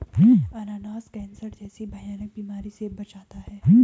अनानास कैंसर जैसी भयानक बीमारी से बचाता है